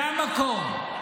זה המקום.